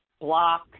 block